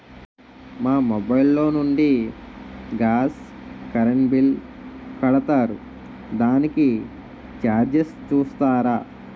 మా మొబైల్ లో నుండి గాస్, కరెన్ బిల్ కడతారు దానికి చార్జెస్ చూస్తారా?